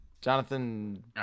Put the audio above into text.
Jonathan